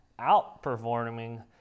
outperforming